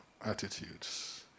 attitudes